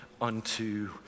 unto